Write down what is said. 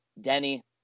Denny